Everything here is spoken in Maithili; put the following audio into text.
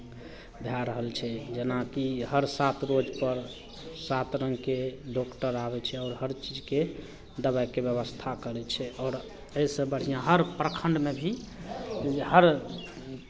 भए रहल छै जेनाकि हर सात रोजपर सात रङ्गके डॉक्टर आबै छै आओर हर चीजके दबाइके व्यवस्था करै छै आओर एहिसँ बढ़िआँ हर प्रखण्डमे भी हर